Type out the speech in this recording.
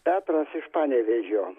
petras iš panevėžio